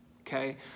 okay